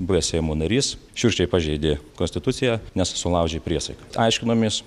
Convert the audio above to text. buvęs seimo narys šiurkščiai pažeidė konstituciją nes sulaužė priesaiką aiškinomės